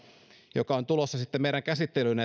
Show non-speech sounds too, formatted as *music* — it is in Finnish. joka on tulossa meidän käsittelyyn *unintelligible*